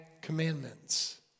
commandments